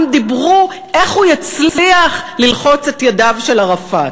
דיברו איך הוא יצליח ללחוץ את ידו של ערפאת.